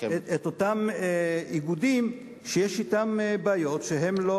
את שמות אותם איגודים שיש אתם בעיות והם לא